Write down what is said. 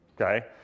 Okay